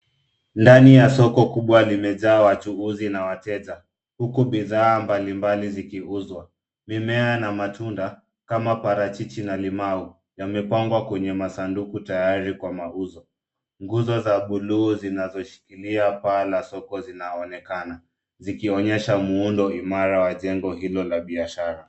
Ndani ya soko kubwa limejaa wachuuzi na wateja. Huku bidhaa mbalimbali zikiuzwa, mimea na matunda, kama parachichi na limau, yamepangwa kwenye masanduku tayari kwa mauzo. Nguzo za bluu zinazoshikilia paa la soko zinaonekana, zikionyesha muundo imara wa jengo hilo la biashara.